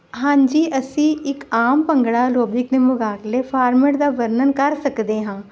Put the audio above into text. ਹਾਂਜੀ ਅਸੀਂ ਇੱਕ ਆਮ ਭੰਗੜਾ ਐਰੋਬਿਕ ਦੇ ਮੁਕਾਬਲੇ ਫ਼ਾਰਮੈਟ ਦਾ ਵਰਣਨ ਕਰ ਸਕਦੇ ਹਾਂ